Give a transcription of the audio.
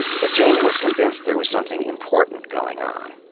but janey was convinced there was something important going on.